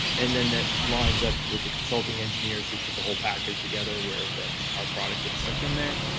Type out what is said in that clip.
and then that lines up with the consulting engineers who put the whole package together, where then our product gets stuck in there.